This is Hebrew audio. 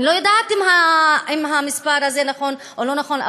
אני לא יודעת אם המספר הזה נכון או לא נכון,